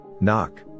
Knock